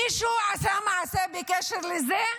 מישהו עשה מעשה בקשר לזה?